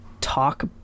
talk